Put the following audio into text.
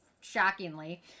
shockingly